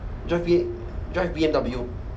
drive B drive B_M_W